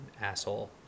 asshole